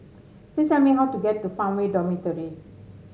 please tell me how to get to Farmway Dormitory